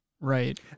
Right